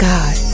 God